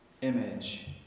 image